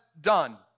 done